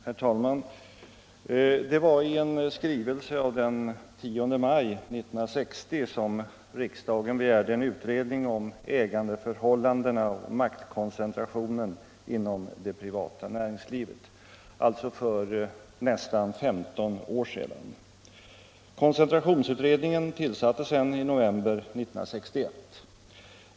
Herr talman! Det var i en skrivelse av den 10 maj 1960 som riksdagen begärde en utredning om ägandeförhållandena och maktkoncentrationen inom det privata näringslivet, alltså för nästan 15 år sedan. Koncentrationsutredningen tillsattes sedan i november 1961.